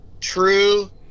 true